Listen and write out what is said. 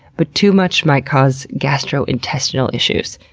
but too much might cause gastrointestinal issues,